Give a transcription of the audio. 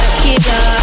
killer